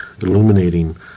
illuminating